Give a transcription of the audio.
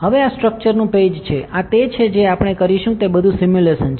હવે આ સ્ટ્રક્ચરનુ પેજ છે આ તે છે જે આપણે કરીશું તે બધું સિમ્યુલેશન છે